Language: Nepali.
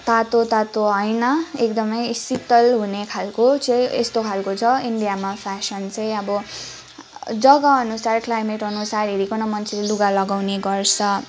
तातो तातो होइन एकदमै शीतल हुने खालको चाहिँ यस्तो खालको छ इन्डियामा फेसन चाहिँ अब जग्गा अनुसार क्लाइमेट अनुसार हेरिकन मान्छेले लुगा लगाउने गर्छ